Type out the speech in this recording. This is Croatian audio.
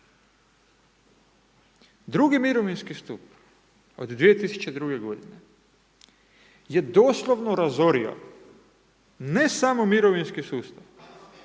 Drugi mirovinski stup od 2002. g. je doslovno razorio ne samo mirovinski sustav,